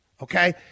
Okay